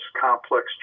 complex